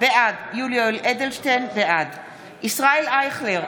בעד ישראל אייכלר,